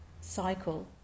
cycle